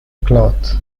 cloth